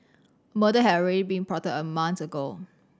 a murder had already been plotted a month ago